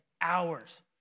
hours